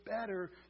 better